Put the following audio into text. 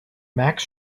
max